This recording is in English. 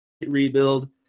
rebuild